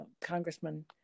Congressman